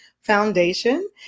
foundation